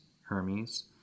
Hermes